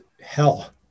hell